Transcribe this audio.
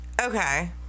okay